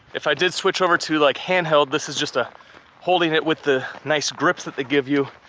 if i did switch over to like handheld, this is just ah holding it with the nice grips that they give you,